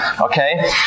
okay